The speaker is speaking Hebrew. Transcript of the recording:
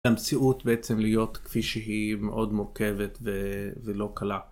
המציאות בעצם להיות כפי שהיא מאוד מורכבת ולא קלה